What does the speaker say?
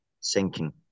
sinking